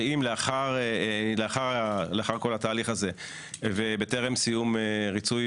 שאם לאחר כל התהליך הזה ובטרם סיום ריצוי